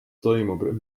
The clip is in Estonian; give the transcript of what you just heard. toimub